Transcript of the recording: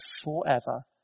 forever